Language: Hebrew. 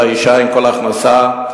שלאשה אין כל הכנסה,